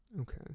Okay